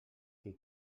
qui